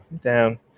down